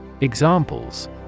Examples